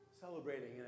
celebrating